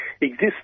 exists